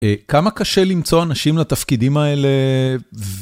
כמה קשה למצוא אנשים לתפקידים האלה...